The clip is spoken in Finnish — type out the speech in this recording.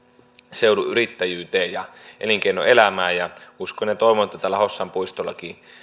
seudun yrittäjyyteen ja elinkeinoelämään ja uskon ja toivon että tällä hossan puistollakin